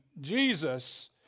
Jesus